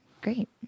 Great